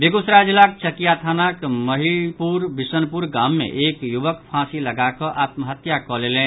वेगुसराय जिलाक चकिया थानाक मलहिपुर विश्नपुर गाम मे एक युवक फाँसी लगा कऽ आत्म हत्या कऽ लेलनि